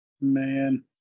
Man